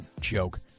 joke